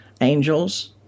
angels